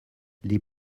les